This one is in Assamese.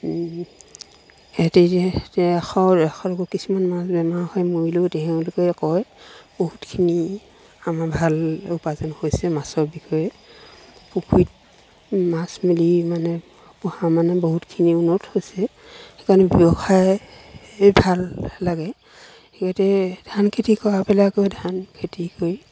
সেহেঁতি এতিয়া এতিয়া এশ এশৰকো কিছুমান মাছ বেমাৰ হয় মৰিলেও তেওঁলোকে কয় বহুতখিনি আমাৰ ভাল উপাৰ্জন হৈছে মাছৰ বিষয়ে পুখুৰীত মাছ মেলি মানে পোহা মানে বহুতখিনি উন্নত হৈছে সেইকাৰণে ব্যৱসায় ভাল লাগে সিহঁতে ধান খেতি কৰা পেলাই আকৌ ধান খেতি কৰি